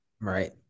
Right